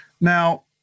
Now